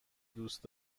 دوست